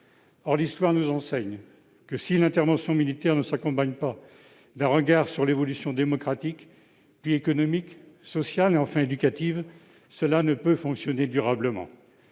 Or l'histoire nous enseigne que, si une intervention militaire ne s'accompagne pas d'un regard sur l'évolution démocratique, puis économique, sociale et enfin éducative, elle ne peut avoir d'effet durable.